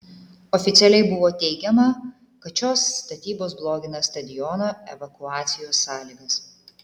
oficialiai buvo teigiama kad šios statybos blogina stadiono evakuacijos sąlygas